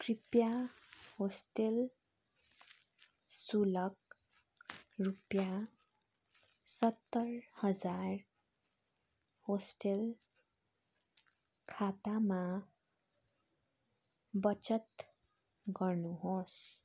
कृपया होस्टेल शुल्क रुपियाँ सत्तर हजार होस्टेल खातामा बचत गर्नुहोस्